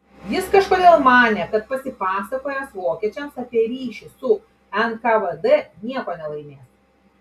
jis kažkodėl manė kad pasipasakojęs vokiečiams apie ryšį su nkvd nieko nelaimės